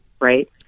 right